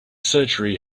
surgery